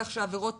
כך שעבירות